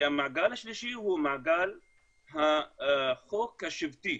המעגל השלישי הוא מעגל החוק השבטי.